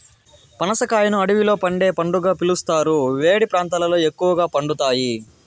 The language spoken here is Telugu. పనస కాయను అడవిలో పండే పండుగా పిలుస్తారు, వేడి ప్రాంతాలలో ఎక్కువగా పండుతాయి